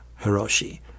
Hiroshi